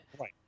Right